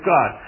God